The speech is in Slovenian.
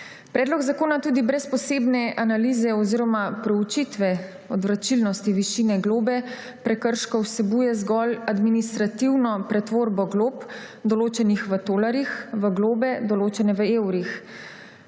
Predlog zakona tudi brez posebne analize oziroma proučitve odvračilnosti višine globe prekrškov vsebuje zgolj administrativno pretvorbo glob, določenih v tolarjih, v globe, določene v evrih.